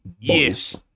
Yes